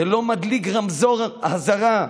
זה לא מדליק נורת אזהרה